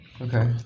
Okay